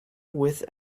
with